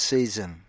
Season